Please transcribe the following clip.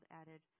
added